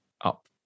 up